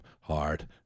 hard